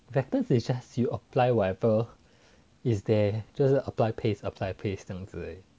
vectors you just you apply whatever is there 就是 copy paste copy paste 这样子而已